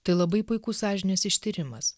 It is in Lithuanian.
tai labai puikus sąžinės ištyrimas